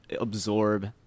absorb